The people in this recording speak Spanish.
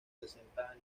sesenta